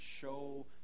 show